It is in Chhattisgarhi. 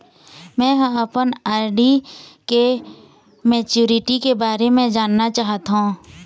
में ह अपन आर.डी के मैच्युरिटी के बारे में जानना चाहथों